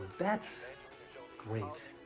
that's so great.